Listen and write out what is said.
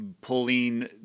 pulling